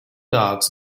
dogs